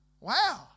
Wow